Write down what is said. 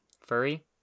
furry